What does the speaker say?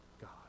God